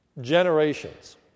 generations